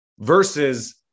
versus